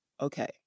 okay